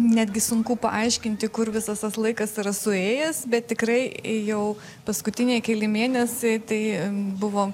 netgi sunku paaiškinti kur visas tas laikas yra suėjęs bet tikrai jau paskutiniai keli mėnesiai tai buvo